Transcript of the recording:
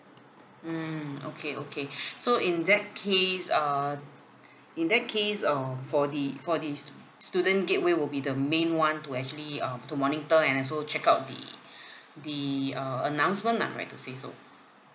mm okay okay so in that case uh in that case uh for the for the stu~ student gateway will be the main [one] to actually uh to monitor and also check out the the uh announcement lah if I'm right to say so